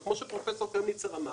וכמו שפרופסור קרמניצר אמר,